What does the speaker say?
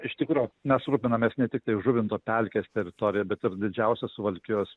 iš tikro mes rūpinamės ne tiktai žuvinto pelkės teritorija bet ir didžiausia suvalkijos